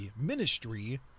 ministry